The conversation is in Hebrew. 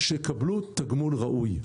שיקבלו תגמול ראוי.